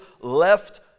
left